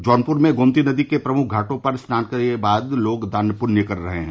जौनपुर में गोमती नदी के प्रमुख घाटों पर स्नान करने के बाद लोग दान पुण्य कर रहे हैं